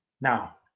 Now